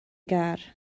gar